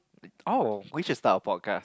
oh we should start a podcast